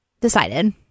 decided